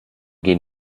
gehen